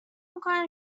میکنن